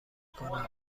کنم